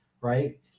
right